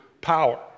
power